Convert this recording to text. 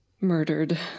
murdered